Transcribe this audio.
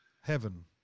Heaven